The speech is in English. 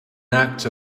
act